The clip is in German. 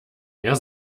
mehr